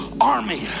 army